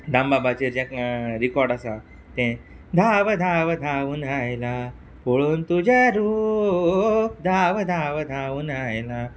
दामबाबाचे जें रिकोड आसा तें धांव धांव धांव धांवून आयला पळोवन तुजें रूप धांव धांव धांव धांवून आयला